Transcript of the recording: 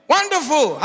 Wonderful